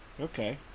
Okay